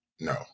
no